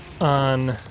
on